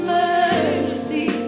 mercy